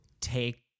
take